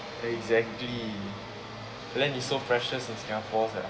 exactly land is so precious in singapore sia